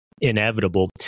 inevitable